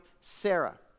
Sarah